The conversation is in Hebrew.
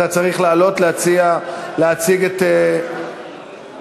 אתה צריך לעלות להציג את הוועדה.